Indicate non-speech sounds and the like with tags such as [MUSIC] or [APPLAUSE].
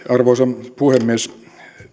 [UNINTELLIGIBLE] arvoisa puhemies